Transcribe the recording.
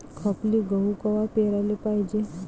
खपली गहू कवा पेराले पायजे?